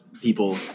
people